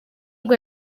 ubwo